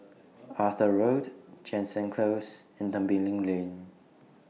Arthur Road Jansen Close and Tembeling Lane